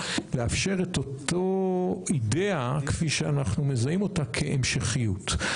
לאפשר את אותה אידאה כפי שאנחנו מזהים אותה כהמשכיות.